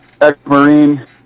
ex-Marine